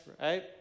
right